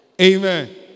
Amen